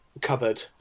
cupboard